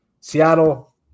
Seattle